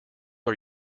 are